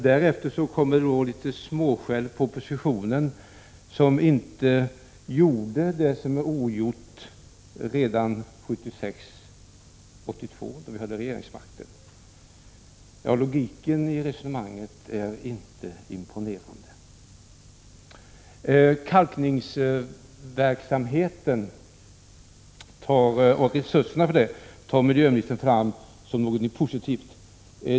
Därefter kommer litet småskäll på oppositionen som inte gjorde det som var ogjort redan 1976—82 då den hade regeringsmakten. Logiken i resonemanget är inte imponerande. Miljöministern tar fram kalkningsverksamheten och resurserna för den som exempel på någonting positivt.